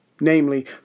namely